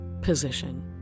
position